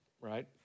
right